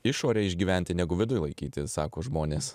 išorėj išgyventi negu viduj laikyti sako žmonės